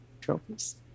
trophies